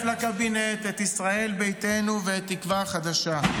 אני שוב קורא לצרף לקבינט את ישראל ביתנו ואת תקווה חדשה.